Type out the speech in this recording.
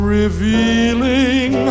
revealing